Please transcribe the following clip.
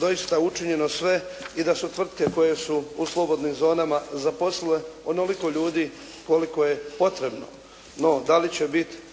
doista učinjeno sve i da su tvrtke koje su u slobodnim zonama zaposlile onoliko ljudi, koliko je potrebno. No, da li će biti